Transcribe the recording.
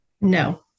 No